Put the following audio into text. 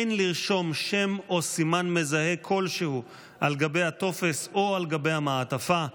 אין לרשום שם או סימן מזהה כלשהו על גבי הטופס או על גבי המעטפה,